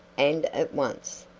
and at once.